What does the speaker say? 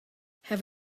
have